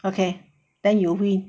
okay then you win